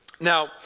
Now